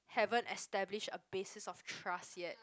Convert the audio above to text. haven't establish a basis of trust yet